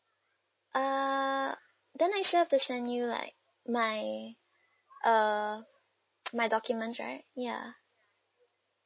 uh then I still have to send you like my uh my documents right ya